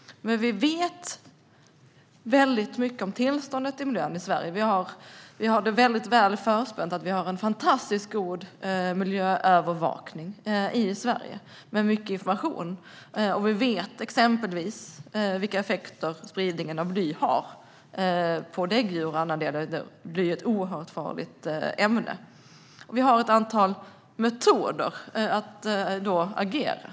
Vi vet mycket om tillståndet för miljön i Sverige. Vi har det väl förspänt eftersom vi har en fantastiskt god miljöövervakning med mycket information. Vi vet exempelvis vilka effekter spridningen av bly har på däggdjur och annat, och bly är ett mycket farligt ämne. Vi har också ett antal metoder för att agera.